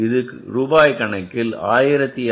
2 இது ரூபாய் கணக்கில் 1296